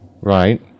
Right